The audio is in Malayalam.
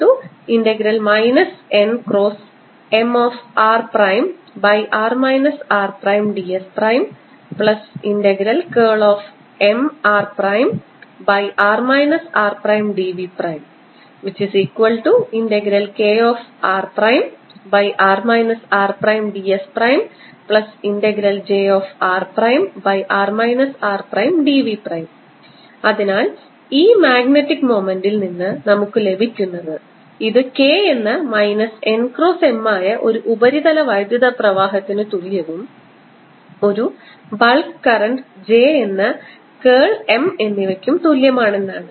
Ar n×Mr|r r|dSMr|r r|dVKr|r r|dSjr|r r|dV അതിനാൽ ഈ മാഗ്നറ്റിക് മൊമെന്റ്ൽ നിന്ന് നമുക്ക് ലഭിക്കുന്നത് ഇത് K എന്ന മൈനസ് n ക്രോസ് M ആയ ഒരു ഉപരിതല വൈദ്യുത പ്രവാഹത്തിന് തുല്യവും ഒരു ബൾക്ക് കറന്റ് J എന്ന കേൾ M എന്നിവയ്ക്ക് തുല്യവും ആണെന്നാണ്